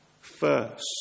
first